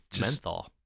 Menthol